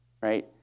right